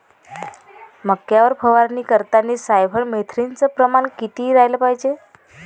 मक्यावर फवारनी करतांनी सायफर मेथ्रीनचं प्रमान किती रायलं पायजे?